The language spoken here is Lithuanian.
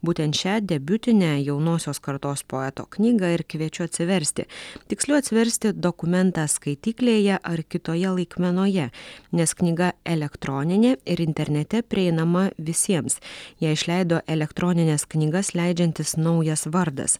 būtent šią debiutinę jaunosios kartos poeto knygą ir kviečiu atsiversti tiksliau atsiversti dokumentą skaityklėje ar kitoje laikmenoje nes knyga elektroninė ir internete prieinama visiems ją išleido elektronines knygas leidžiantis naujas vardas